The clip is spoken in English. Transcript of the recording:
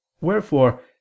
Wherefore